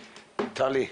טלי,